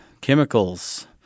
chemicals